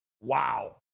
Wow